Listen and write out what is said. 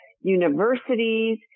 universities